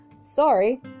Sorry